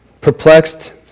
perplexed